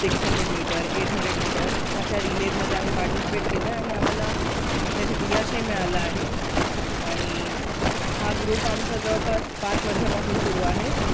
six hundred metre eight hundred metre अशा रिलेजमध्ये आम्ही पार्टिसिपेट केलं आणि आम्हाला त्याच्यात यशही मिळालं आहे आणि हा ग्रुप आमचा जवळपास पाच वर्षापासून सुरू आहे